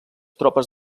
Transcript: tropes